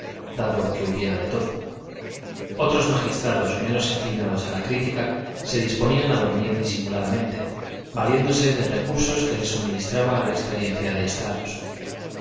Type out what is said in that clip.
dado que hubiera de todo otros magistrados menos inclinados a la crítica se disponían a dormir disimuladamente valiéndose de recursos que les suministraba la experiencia de estrados